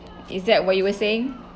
is that what you were saying